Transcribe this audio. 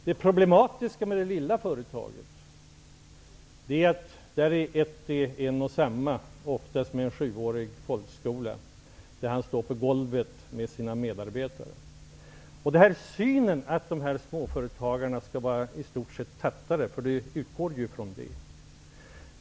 Det problematiska med det lilla företaget är att det är en och samma person, ofta med en 7 årig folkskola bakom sig, som sköter allt. Han står på golvet med sina medarbetare. Ingela Thalén utgår ju från att småföretagarna i stort sett är tattare.